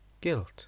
guilt